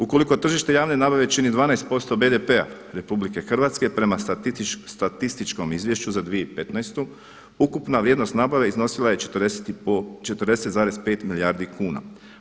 Ukoliko tržište javne nabave čini 12% BDP-a RH prema statističkom izvješću za 2015. ukupna vrijednost nabave iznosila je 40,5 milijardi kuna.